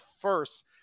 first